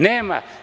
Nema.